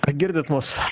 kad girdit mus